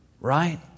Right